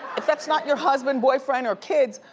if that's not your husband, boyfriend or kids,